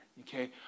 okay